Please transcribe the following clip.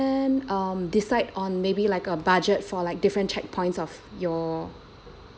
then um decide on maybe like a budget for like different checkpoints of your